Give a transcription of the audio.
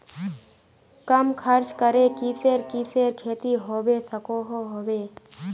कम खर्च करे किसेर किसेर खेती होबे सकोहो होबे?